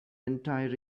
entire